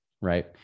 right